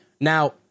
Now